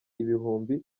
ibihumbi